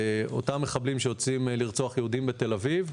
אותם מחבלים שיוצאים לרצוח יהודים בתל אביב,